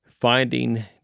Finding